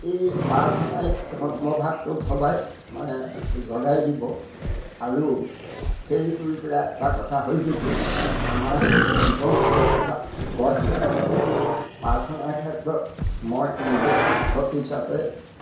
এই প্ৰাৰ্থনাই ধৰ্ম ভাৱটো ভবাই মানে জগাই দিব আৰু সেইটোৰ পৰা এটা কথা হ'ল কিটো আমাৰ জীৱনটোৱে এটা গত ল'ব প্ৰাৰ্থনাৰ ক্ষেত্ৰত মই নিজে শিক্ষক হিচাপে